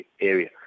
area